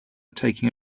taking